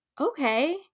okay